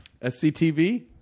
SCTV